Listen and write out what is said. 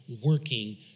working